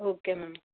okay ma'am